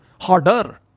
harder